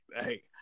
hey